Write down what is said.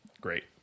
great